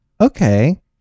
okay